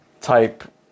type